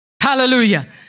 Hallelujah